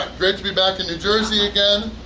great to be back in new jersey again,